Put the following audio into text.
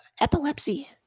epilepsy